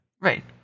right